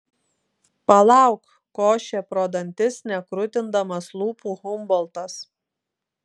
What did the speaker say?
palauk košė pro dantis nekrutindamas lūpų humboltas